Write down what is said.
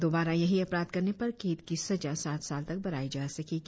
दोबारा यही अपराध करने पर कैद की सजा सात साल तक बढ़ाई जा सकेगी